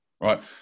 right